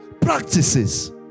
practices